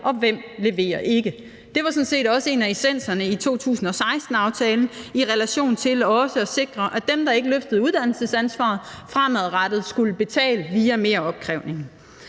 ikke leverer. Det var sådan set også en del af essensen i 2016-aftalen for at sikre, at dem, der ikke løftede uddannelsesansvaret, fremadrettet skulle betale via meropkrævningen.